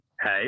hey